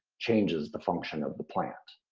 changes the function of the plant.